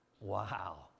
Wow